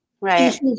Right